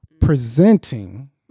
Presenting